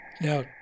Now